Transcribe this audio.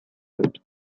dut